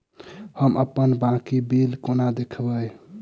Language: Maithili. हम अप्पन बाकी बिल कोना देखबै?